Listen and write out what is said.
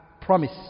Promise